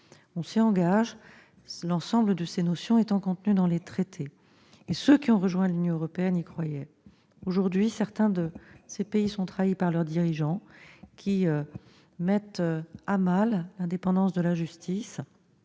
à respecter l'ensemble de ces notions qui sont contenues dans les traités. Ceux qui ont rejoint l'Union européenne y croyaient ! Aujourd'hui, certains de ces pays sont trahis par leurs dirigeants, qui mettent à mal l'indépendance de la justice